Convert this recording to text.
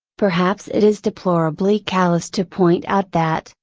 perhaps it is deplorably callous to point out that,